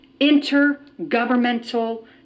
Intergovernmental